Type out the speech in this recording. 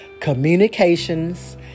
Communications